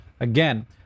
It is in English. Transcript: Again